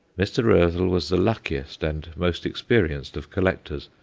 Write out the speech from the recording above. mr. roezl was the luckiest and most experienced of collectors,